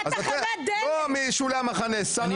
לא משולי המחנה, שרה בממשלת ישראל.